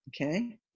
Okay